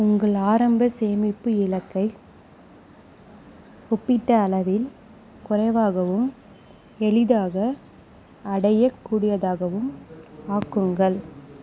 உங்கள் ஆரம்ப சேமிப்பு இலக்கை ஒப்பீட்ட அளவில் குறைவாகவும் எளிதாக அடையக்கூடியதாகவும் ஆக்குங்கள்